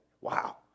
wow